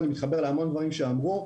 אני מתחבר להמון דברים שאמרו.